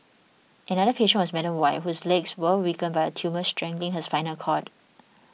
another patient was Madam Y whose legs were weakened by a tumour strangling her spinal cord